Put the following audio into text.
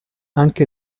anche